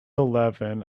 eleven